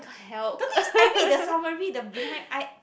the things is I read the summary the behind I